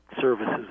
services